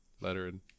lettering